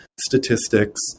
statistics